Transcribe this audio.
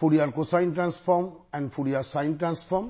Fourier transform கண்டுபிடிக்கும் முறையையும் நாம் பார்த்தோம்